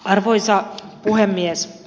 arvoisa puhemies